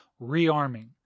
rearming